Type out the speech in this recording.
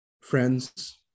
friends